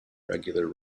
regular